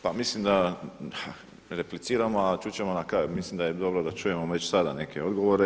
Pa mislim da repliciramo a čut ćemo na kraju, mislim da je dobro da čujemo već sada neke odgovore.